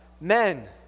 Men